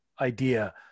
idea